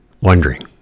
wondering